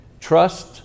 Trust